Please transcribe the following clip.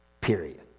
Period